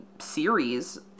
series